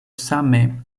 same